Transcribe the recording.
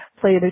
played